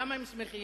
למה הם שמחים?